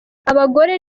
abagore